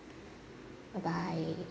bye bye